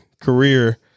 career